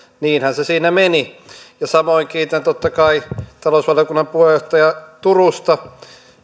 niinhän se meni ja samoin kiitän totta kai talousvaliokunnan puheenjohtaja turusta